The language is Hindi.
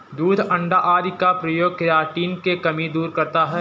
दूध अण्डा आदि का प्रयोग केराटिन की कमी दूर करता है